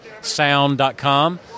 sound.com